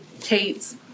Kate's